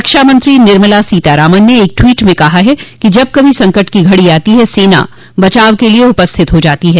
रक्षामंत्री निर्मला सीतारामन ने एक ट्वीट में कहा कि जब कभी संकट की घड़ी आती है सेना बचाव के लिए उपस्थित हो जाती है